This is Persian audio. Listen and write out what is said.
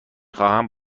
خواهم